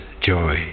joy